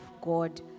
God